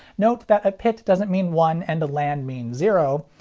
note that a pit doesn't mean one and a land means zero,